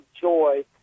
joy